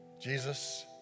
Jesus